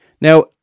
Now